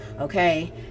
okay